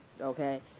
okay